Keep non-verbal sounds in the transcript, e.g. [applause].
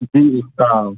[unintelligible]